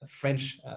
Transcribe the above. French